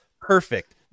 perfect